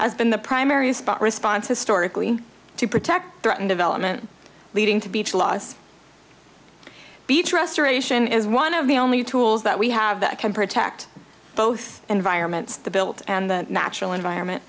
has been the primary spot response historically to protect threatened development leading to beach loss beach restoration is one of the only tools that we have that can protect both environments the built and the natural environment